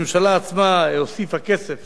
הממשלה עצמה הוסיפה כסף